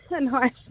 nice